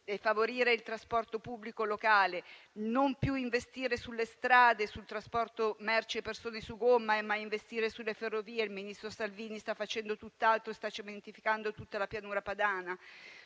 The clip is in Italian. favorire il trasporto pubblico locale, non più investire nelle strade e nel trasporto merci e persone su gomma, ma investire nelle ferrovie (il ministro Salvini sta facendo tutt'altro, cementificando tutta la Pianura Padana);